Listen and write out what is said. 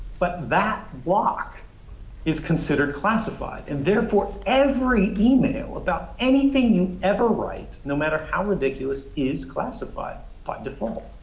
but that block is considered classified. and therefore every email about anything you ever write, no matter how ridiculous, is classified by default.